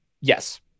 yes